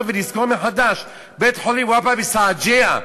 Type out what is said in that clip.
ולזכור אותו מחדש: בית-חולים "אל-ופא" בשג'אעיה.